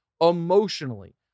Emotionally